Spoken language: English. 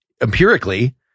empirically